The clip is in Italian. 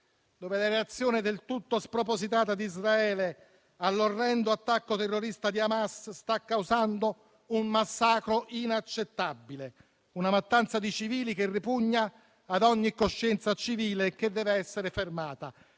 dove la reazione del tutto spropositata di Israele all'orrendo attacco terrorista di Hamas sta causando un massacro inaccettabile, una mattanza di civili che ripugna ad ogni coscienza civile e che deve essere fermata.